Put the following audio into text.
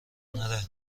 نره